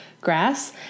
grass